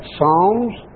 Psalms